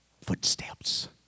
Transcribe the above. footsteps